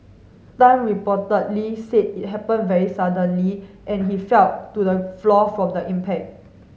tan reportedly said it happened very suddenly and he fell to the floor from the impact